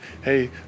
Hey